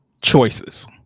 choices